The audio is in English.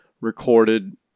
recorded